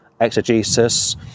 exegesis